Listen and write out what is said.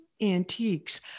antiques